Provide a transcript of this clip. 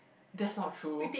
that's not true